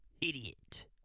idiot